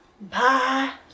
Bye